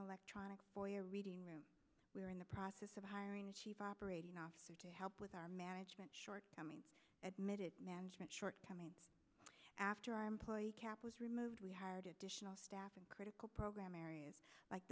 electronic boy reading room we are in the process of hiring a chief operating officer to help with our management shortcomings admitted management shortcomings after our employee cap was removed we hired additional staff in critical program areas like